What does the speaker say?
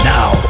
Now